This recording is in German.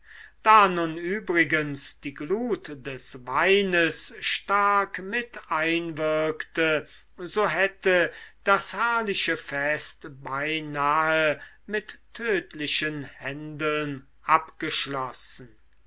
da nun übrigens die glut des weines stark mit einwirkte so hätte das herrliche fest beinahe mit tödlichen händeln abgeschlossen